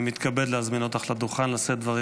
אני מתכבד להזמין אותך לדוכן לשאת דברים